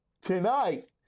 tonight